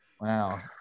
Wow